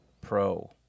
pro